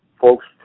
Folks